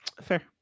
Fair